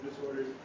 disorders